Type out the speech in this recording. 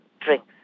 drinks